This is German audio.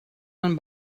man